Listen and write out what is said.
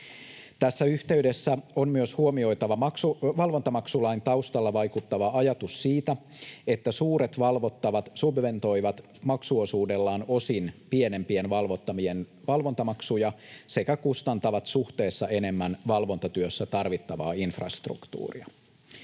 Tässä yhteydessä on myös huomioitava valvontamaksulain taustalla vaikuttava ajatus siitä, että suuret valvottavat subventoivat maksuosuudellaan osin pienempien valvottavien valvontamaksuja sekä kustantavat suhteessa enemmän valvontatyössä tarvittavaa infrastruktuuria.